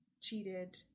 cheated